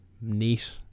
neat